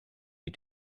you